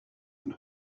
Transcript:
and